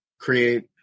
create